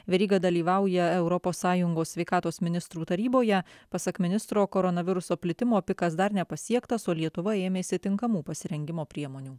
veryga dalyvauja europos sąjungos sveikatos ministrų taryboje pasak ministro koronaviruso plitimo pikas dar nepasiektas o lietuva ėmėsi tinkamų pasirengimo priemonių